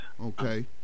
okay